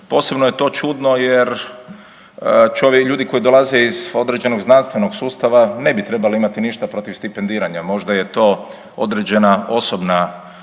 Posebno je to čudno jer čovjek, ljudi koji dolaze iz određenog znanstvenog sustava ne bi trebali imati ništa protiv stipendiranja. Možda je to određena osobna